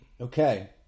Okay